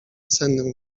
sennym